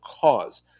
cause